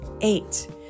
eight